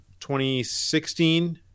2016